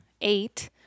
eight